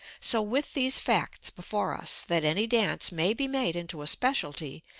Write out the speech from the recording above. so with these facts before us, that any dance may be made into a specialty,